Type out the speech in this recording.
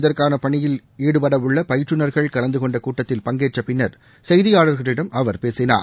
இதற்கானபணியில் ஈடுபடவுள்ளபயிற்றுநர்கள் கலந்துகொண்டகூட்டத்தில் நேற்றுமதுரையில் பங்கேற்றபின்னர் செய்தியாளர்களிடம் அவர் பேசினார்